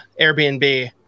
Airbnb